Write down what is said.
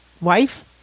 wife